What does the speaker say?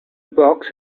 box